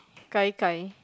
gai-gai